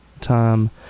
time